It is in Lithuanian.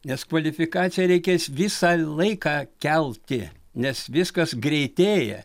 nes kvalifikaciją reikės visą laiką kelti nes viskas greitėja